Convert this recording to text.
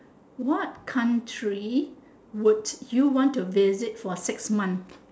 what country would you want to visit for six months